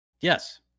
yes